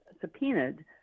subpoenaed